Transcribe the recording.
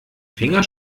finger